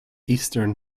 eastern